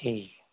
ठीक